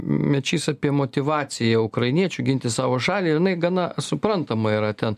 mečys apie motyvaciją ukrainiečių ginti savo šalį ir jinai gana suprantama yra ten